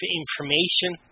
information